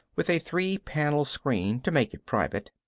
with a three-panel screen to make it private.